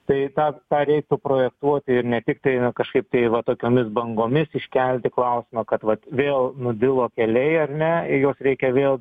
tai tą tą reiktų projektuoti ir ne tiktai kažkaip tai va tokiomis bangomis iškelti klausimą kad vat vėl nudilo keliai ar ne į juos reikia vėl